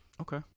Okay